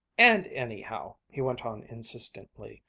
and, anyhow, he went on insistently,